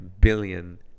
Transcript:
billion